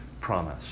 promise